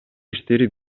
иштери